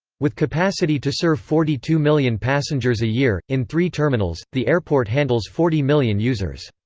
with capacity to serve forty two million passengers a year, in three terminals, the airport handles forty million users.